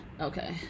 Okay